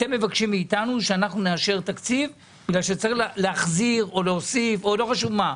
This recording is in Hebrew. אתם מבקשים מאתנו שנאשר תקציב כי צריך להחזיר או להוסיף או לא חשוב מה.